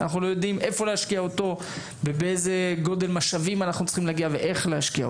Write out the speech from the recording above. אנחנו לא יודעים היכן להשקיע ובאיזה גודל משאבים צריך להשקיע.